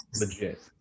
legit